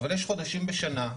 אבל יש חודשים בשנה,